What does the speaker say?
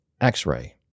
X-Ray